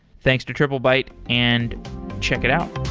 thanks to triplebyte, and check it out.